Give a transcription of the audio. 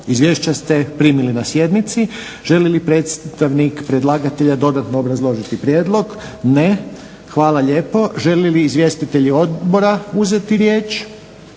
Izvješća ste primili na sjednici. Želi li predstavnik predlagatelja dodatno obrazložiti prijedlog? Ne. Hvala lijepo. Želi li izvjestitelji odbora uzeti riječ?